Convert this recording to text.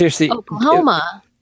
Oklahoma